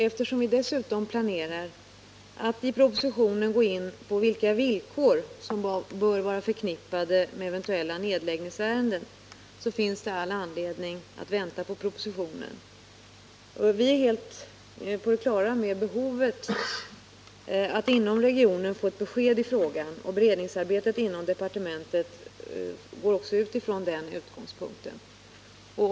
Eftersom vi dessutom planerar att i propositionen gå in på vilka villkor som bör vara förknippade med eventuella nedläggningar, finns det all anledning att vänta på propositionen. Vi är helt på det klara med behovet av att man inom regionen får ett besked i frågan, och beredningsarbetet på departementet utgår också från detta.